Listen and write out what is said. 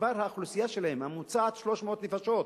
שהאוכלוסייה הממוצעת שלהם, 300 נפשות.